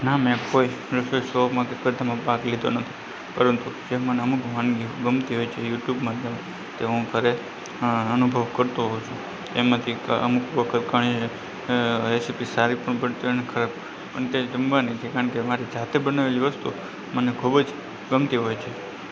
ના મેં કોઈ શોમાં કે કોઈ પણમાં ભાગ લીધો નથી પરંતુ જે મને અમુક વાનગી ગમતી હોય છે યુટ્યુબમાં કે તે હું ઘરે અ અનુભવ કરતો હોઉં છું એમાંથી અમુક વખત કણે રેસિપિ સારી પણ બનતી હોય છે અને ખરાબ પણ તેને જમવાની છે કારણ કે મારી જાતે બનાવેલી વસ્તુ મને ખૂબ જ ગમતી હોય છે